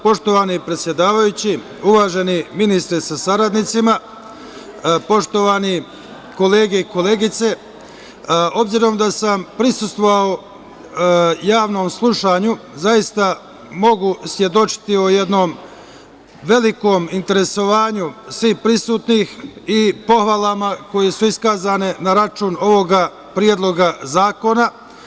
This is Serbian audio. Poštovani predsedavajući, uvaženi ministre sa saradnicima, poštovani kolege i koleginice, obzirom da sam prisustvovao javnom slušanju, zaista mogu svedočiti o jednom velikom interesovanju svih prisutnih i pohvalama koje su iskazane na račun ovoga Predloga zakona.